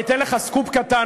אני אתן לך סקופ קטן.